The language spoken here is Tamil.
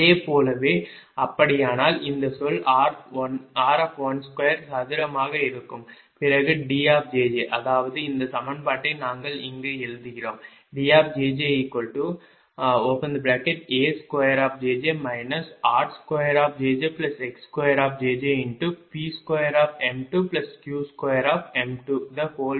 அதுபோலவே அப்படியானால் இந்த சொல் r12 சதுரமாக இருக்கும் பிறகு D அதாவது இந்த சமன்பாட்டை நாங்கள் இங்கு எழுதுகிறோம் DjjA2 r2jjx2jjP2m2Q2m212 இது உங்கள் D